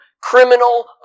criminal